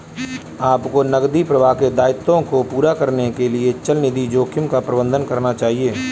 आपको नकदी प्रवाह के दायित्वों को पूरा करने के लिए चलनिधि जोखिम का प्रबंधन करना चाहिए